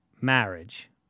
marriage